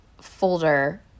folder